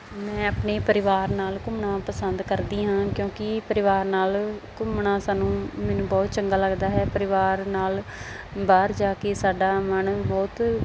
ਮੈਂ ਆਪਣੀ ਪਰਿਵਾਰ ਨਾਲ ਘੁੰਮਣਾ ਪਸੰਦ ਕਰਦੀ ਹਾਂ ਕਿਉਂਕਿ ਪਰਿਵਾਰ ਨਾਲ ਘੁੰਮਣਾ ਸਾਨੂੰ ਮੈਨੂੰ ਬਹੁਤ ਚੰਗਾ ਲੱਗਦਾ ਹੈ ਪਰਿਵਾਰ ਨਾਲ ਬਾਹਰ ਜਾ ਕੇ ਸਾਡਾ ਮਨ ਬਹੁਤ